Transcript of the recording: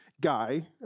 guy